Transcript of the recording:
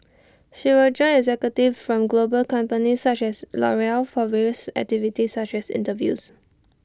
she will join executive from global companies such as Loreal for various activities such as interviews